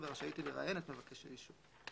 ורשאית היא לראיין את מבקש האישור.